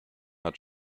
hat